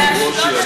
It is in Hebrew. תיגמר תישארו פה.